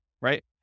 right